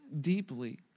deeply